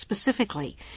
specifically